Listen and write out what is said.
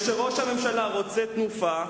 וכשראש הממשלה רוצה תנופה,